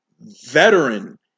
veteran